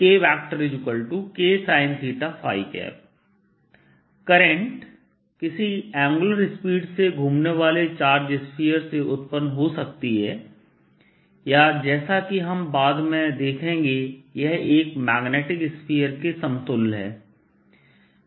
KKsin θ current किसी angular speed से घूमने वाले चार्ज शेल से उत्पन्न हो सकती है या जैसा कि हम बाद में भी देखेंगे यह एक मैग्नेटिक स्फीयर के समतुल्य है